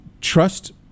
trust